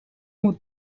moet